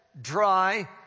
dry